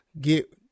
get